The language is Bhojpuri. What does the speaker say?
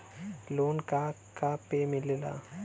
लोन का का पे मिलेला?